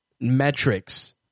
metrics